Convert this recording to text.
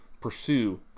pursue